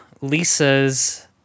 Lisa's